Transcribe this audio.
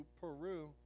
Peru